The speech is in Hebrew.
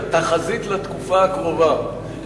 זו תחזית לתקופה הקרובה.